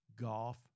golf